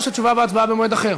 או שתשובה והצבעה במועד אחר?